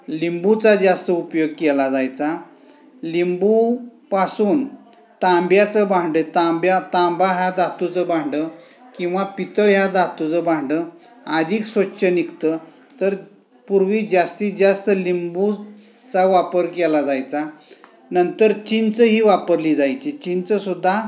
लिंबाचा जास्त उपयोग केला जायचा लिंबापासून तांब्याचं भांडं तांब्या तांबा ह्या धातूचं भांडं किंवा पितळ ह्या धातूचं भांडं अधिक स्वच्छ निघतं तर पूर्वी जास्तीत जास्त लिंबाचा वापर केला जायचा नंतर चिंचही वापरली जायची चिंच सुद्धा